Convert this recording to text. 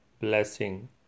blessing